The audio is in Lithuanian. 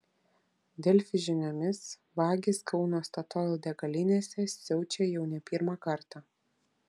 delfi žiniomis vagys kauno statoil degalinėse siaučia jau ne pirmą kartą